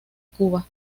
cuba